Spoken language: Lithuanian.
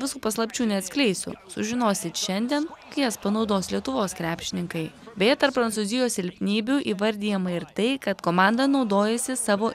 visų paslapčių neatskleisiu sužinosit šiandien kai jas panaudos lietuvos krepšininkai beje tarp prancūzijos silpnybių įvardijama ir tai kad komanda naudojasi savo